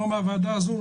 לא מהוועדה הזו,